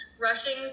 rushing